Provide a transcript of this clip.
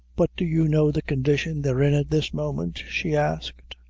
but do you know the condition they're in at this moment? she asked,